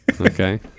Okay